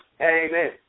amen